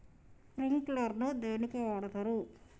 Sprinkler ను దేనికి వాడుతరు?